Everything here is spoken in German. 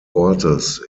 ortes